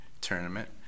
tournament